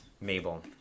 Mabel